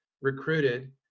recruited